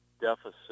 deficit